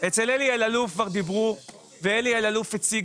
אצל אלי אלאלוף כבר דיברו ואלי אלאלוף הציג